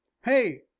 Hey